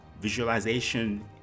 visualization